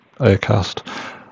AirCast